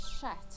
shut